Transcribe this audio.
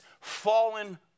fallen